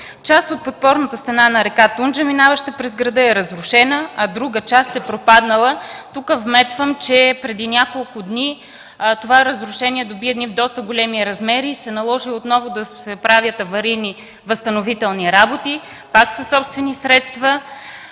Част от подпорната стена на река Тунджа, минаваща през града, е разрушена, а друга част е пропаднала. Тук вметвам, че преди няколко дни това разрушение доби доста големи размери и отново се наложи да се правят аварийни възстановителни работи, пак със собствени средства.